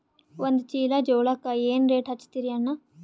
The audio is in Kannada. ಒಂದ ಚೀಲಾ ಜೋಳಕ್ಕ ಏನ ರೇಟ್ ಹಚ್ಚತೀರಿ ಅಣ್ಣಾ?